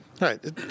Right